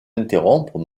interrompre